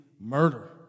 murder